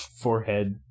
forehead